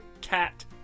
cat